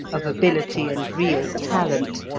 of ability and real talent,